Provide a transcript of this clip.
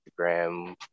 instagram